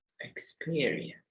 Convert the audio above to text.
experience